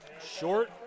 Short